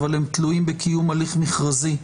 אבל הם תלויים בקיום הליך מכרזי,